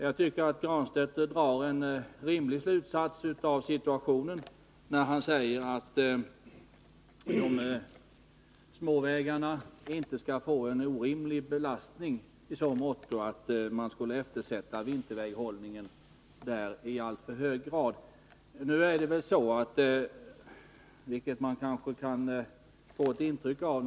Jag tycker att Pär Granstedt drar en rimlig slutsats av situationen när han säger att de små vägarna inte bör få en orimlig belastning i så måtto att vinterväghållningen eftersätts där i alltför hög grad.